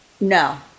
No